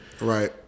Right